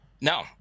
No